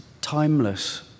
timeless